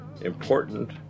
important